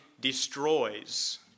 destroys